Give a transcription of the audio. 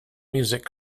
music